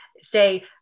Say